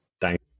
Thank